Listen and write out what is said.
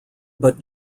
but